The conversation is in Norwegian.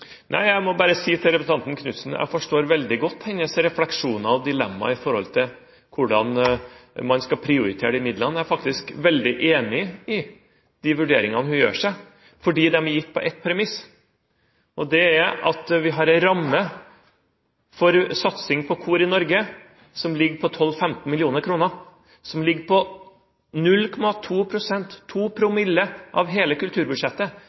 Jeg må bare si til representanten Knutsen at jeg forstår veldig godt hennes refleksjoner og dilemmaer med hensyn til hvordan man skal prioritere midlene. Jeg er faktisk veldig enig i de vurderingene hun gjør seg, fordi de er gitt på ett premiss, og det er at vi har en ramme for satsing på kor i Norge som ligger på 12–15 mill. kr, som ligger på 0,2 pst. – 2 promille – av hele kulturbudsjettet.